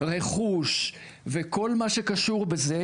רכוש וכל מה שקשור בזה,